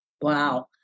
Wow